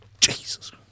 jesus